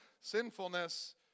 sinfulness